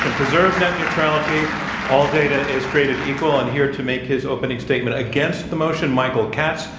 preserve net neutrality all data is created equal. and here to make his opening statement against the motion, michael katz,